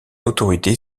autorité